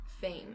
fame